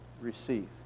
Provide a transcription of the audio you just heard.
receive